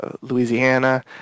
Louisiana